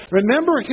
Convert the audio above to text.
Remember